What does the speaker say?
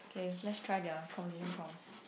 okay let's try their conversation prompts